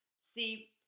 See